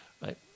Right